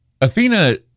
Athena